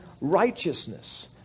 righteousness